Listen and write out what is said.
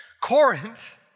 Corinth